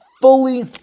fully